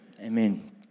Amen